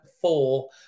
four